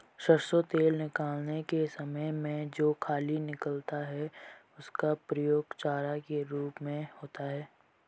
सरसों तेल निकालने के समय में जो खली निकलता है उसका प्रयोग चारा के रूप में होता है